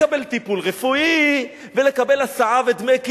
לקבל טיפול רפואי ולקבל הסעה ודמי כיס.